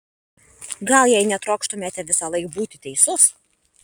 gal jei netrokštumėte visąlaik būti teisus